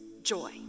Joy